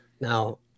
Now